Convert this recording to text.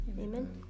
Amen